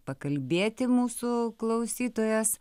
pakalbėti mūsų klausytojas